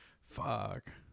Fuck